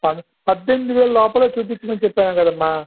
ప పద్దెనిమిదివేల లోపల చూపించమని చెప్పాను కదమ్మా